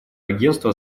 агентства